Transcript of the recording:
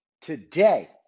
today